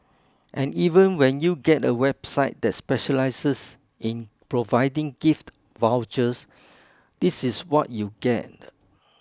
and even when you get a website that specialises in providing gift vouchers this is what you get